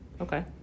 Okay